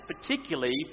particularly